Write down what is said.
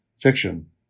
fiction